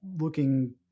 looking